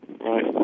Right